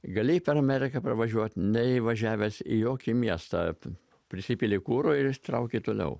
galėjai per ameriką pravažiuot neįvažiavęs į jokį miestą prisipyli kuro ir ir trauki toliau